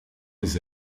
les